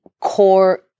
core